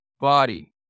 body